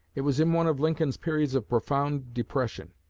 it was in one of lincoln's periods of profound depression,